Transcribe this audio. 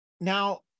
now